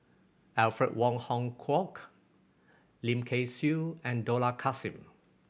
Alfred Wong Hong Kwok Lim Kay Siu and Dollah Kassim